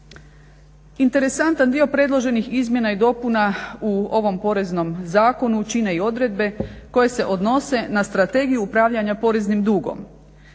Interesantan dio predloženih Izmjena i dopuna u ovom poreznom Zakonu čine i odredbe koje se odnose na strategiju upravljanja poreznim dugom.